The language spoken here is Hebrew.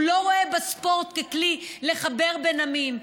הוא לא רואה בספורט כלי לחבר בין עמים,